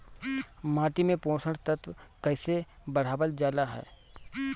माटी में पोषक तत्व कईसे बढ़ावल जाला ह?